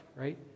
right